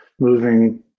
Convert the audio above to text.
moving